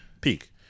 peak